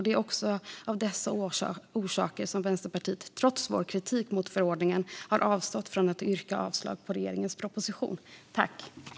Det är också av dessa skäl som jag, trots Vänsterpartiets kritik mot förordningen, har avstått från att yrka avslag på regeringens proposition. Effektivare åtgärder mot spridning av terrorisminnehåll online